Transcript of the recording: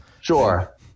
Sure